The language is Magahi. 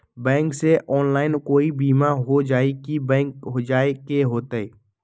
बैंक से ऑनलाइन कोई बिमा हो जाई कि बैंक जाए के होई त?